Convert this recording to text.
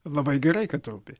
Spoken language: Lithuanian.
labai gerai kad rūpi